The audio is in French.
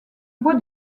bois